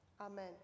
amen